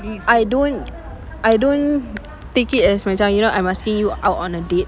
I don't I don't take it as macam you know I'm asking you out on a date